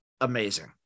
amazing